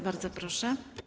Bardzo proszę.